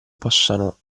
possano